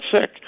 sick